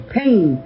pain